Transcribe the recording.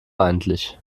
eigentlich